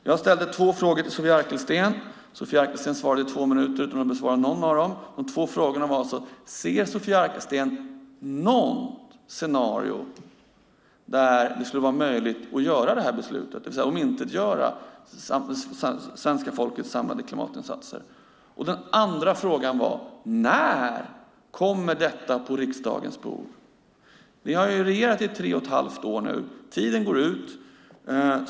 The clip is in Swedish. Jag ställde två frågor till Sofia Arkelsten som talade i två minuter utan att besvara någon av dem. Den första frågan var: Ser Sofia Arkelsten något scenario där det skulle vara möjligt att omintetgöra svenska folkets samlade klimatinsatser? Den andra var: När kommer detta på riksdagens bord? Ni har regerat i tre och ett halvt år. Tiden börjar gå ut.